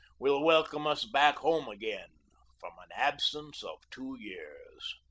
will welcome us back home again from an absence of two years.